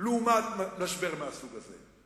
לעומת משברים מהסוג הזה?